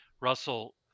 russell